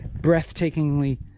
breathtakingly